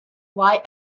lie